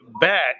back